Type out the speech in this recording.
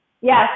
Yes